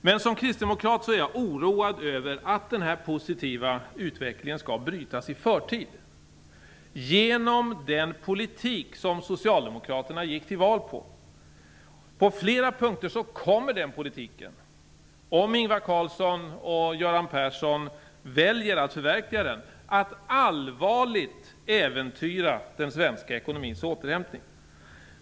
Men som kristdemokrat är jag oroad över att denna positiva utveckling skall brytas i förtid genom den politik som Socialdemokraterna gick till val på. På flera punkter kommer denna politik, om Ingvar Carlsson och Göran Persson väljer att förverkliga den, att allvarligt äventyra den svenska ekonomins återhämtning.